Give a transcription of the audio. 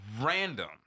random